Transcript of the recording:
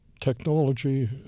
Technology